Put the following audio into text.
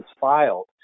filed